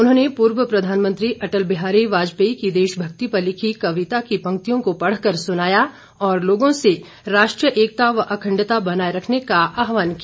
उन्होंने पूर्व प्रधानमंत्री अटल बिहारी वाजपेयी की देशभक्ति पर लिखी कविता की पंक्तियों को पढ़कर सुनाया और लोगों से राष्ट्रीय एकता व अखंडता बनाए रखने का आहवान किया